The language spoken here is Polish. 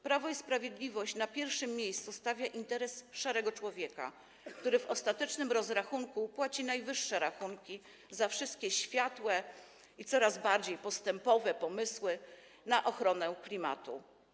Prawo i Sprawiedliwość na pierwszym miejscu stawia interes szarego człowieka, który w ostatecznym rozrachunku płaci najwyższe rachunki za wszystkie światłe i coraz bardziej „postępowe” pomysły na ochronę klimatu.